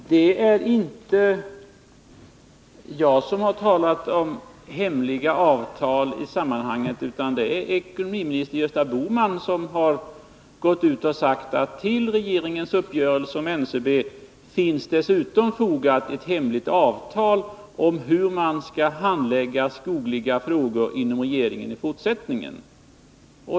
Herr talman! Det är inte jag som har talat om hemliga avtal i sammanhanget, utan det är ekonomiminister Gösta Bohman som har gått ut och sagt att till regeringens uppgörelse om NCB finns dessutom fogat ett hemligt avtal om hur man skall handlägga skogliga frågor inom regeringen i fortsättningen.